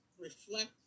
reflect